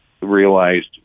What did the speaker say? realized